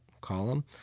column